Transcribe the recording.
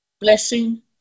Blessing